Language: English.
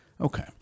Okay